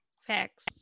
facts